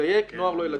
נוער לא ילדים.